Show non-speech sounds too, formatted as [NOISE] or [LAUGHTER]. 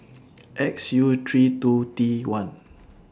[NOISE] X U three two T one